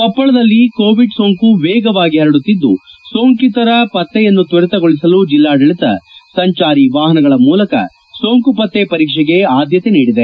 ಕೊಪ್ಪಳದಲ್ಲಿ ಕೋವಿಡ್ ಸೊಂಕು ವೇಗವಾಗಿ ಪರಡುತ್ತಿದ್ದು ಸೋಂಕಿತರ ಪತ್ರೆಯನ್ನು ತ್ತರಿತಗೊಳಿಸಲು ಜಿಲ್ಲಾಡಳಿತ ಸಂಚಾರಿ ವಾಹನಗಳ ಮೂಲಕ ಸೋಂಕು ಪತ್ತೆ ಪರೀಕ್ಷೆಗೆ ಆದ್ಯತೆ ನೀಡಿದೆ